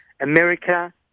America